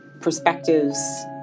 perspectives